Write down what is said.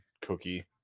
cookie